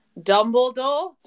Dumbledore